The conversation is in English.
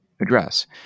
address